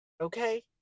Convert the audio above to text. okay